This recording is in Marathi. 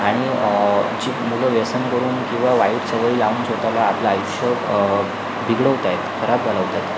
आणि जी मुलं व्यसन करून किंवा वाईट सवयी लावून स्वतःला आपलं आयुष्य बिघडवत आहेत खराब घालवत आहेत